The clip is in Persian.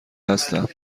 هستم